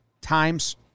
times